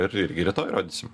ir irgi rytoj rodysim